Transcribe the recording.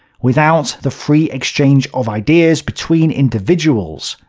without the free exchange of ideas between individuals,